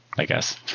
i guess.